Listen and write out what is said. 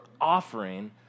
offering